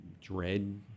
dread